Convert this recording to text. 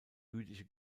jüdische